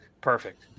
perfect